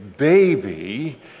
baby